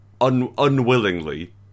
unwillingly